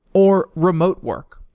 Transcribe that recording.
or remote work.